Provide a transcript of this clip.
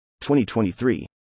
2023